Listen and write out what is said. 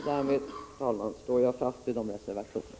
Därmed, herr talman, står jag fast vid våra reservationer.